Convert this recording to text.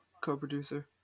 co-producer